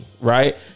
right